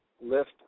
lift